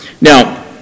Now